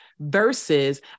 versus